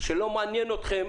שלא מעניין אתכם,